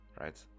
right